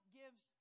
gives